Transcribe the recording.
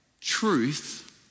truth